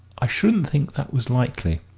i shouldn't think that was likely,